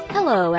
Hello